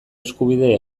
eskubide